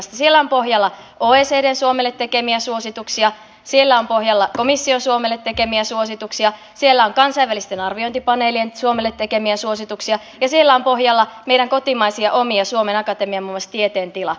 siellä on pohjalla oecdn suomelle tekemiä suosituksia siellä on pohjalla komission suomelle tekemiä suosituksia siellä on kansainvälisten arviointipaneelien suomelle tekemiä suosituksia ja siellä on pohjalla meidän kotimaisia omia muun muassa suomen akatemian tieteen tila artikkeli